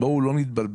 בואו לא נתבלבל.